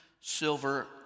silver